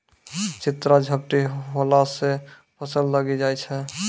चित्रा झपटी होला से फसल गली जाय छै?